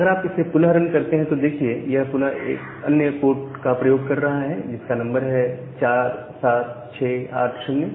अगर आप इसे पुनः रन करते हैं तो आप देखिए यह पुनः एक अन्य पोर्ट का प्रयोग कर रहा है जिसका नंबर 47680 है